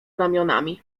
ramionami